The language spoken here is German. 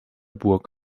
burg